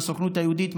בסוכנות היהודית,